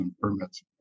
permits